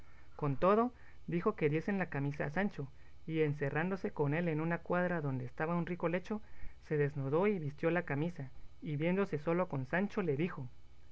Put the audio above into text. con todo dijo que diesen la camisa a sancho y encerrándose con él en una cuadra donde estaba un rico lecho se desnudó y vistió la camisa y viéndose solo con sancho le dijo